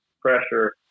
pressure